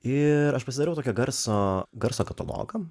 ir aš pasidarau toki garso garso katalogą